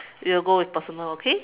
we will go with personal okay